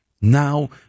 Now